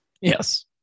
Yes